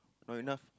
not enough